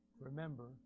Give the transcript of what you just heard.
remember